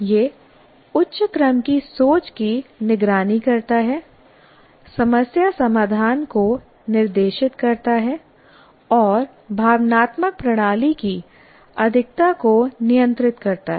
यह उच्च क्रम की सोच की निगरानी करता है समस्या समाधान को निर्देशित करता है और भावनात्मक प्रणाली की अधिकता को नियंत्रित करता है